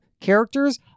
Characters